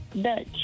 Dutch